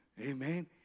Amen